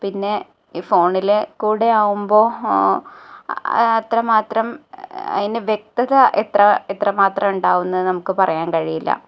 പിന്നെ ഇ ഫോണിൽ കൂടെയാവുമ്പോൾ അത്ര മാത്രം അതിന് വെക്തത എത്ര എത്രമാത്ര ഉണ്ടാവും എന്ന് നമുക്ക് പറയാന് കഴിയില്ല